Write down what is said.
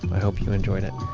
i hope you enjoyed it.